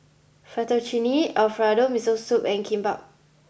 Fettuccine Alfredo Miso Soup and Kimbap